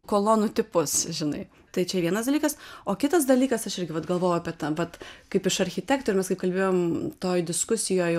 kolonų tipus žinai tai čia vienas dalykas o kitas dalykas aš irgi vat galvoju apie tą vat kaip iš architektų ir mes kai kalbėjom toj diskusijoj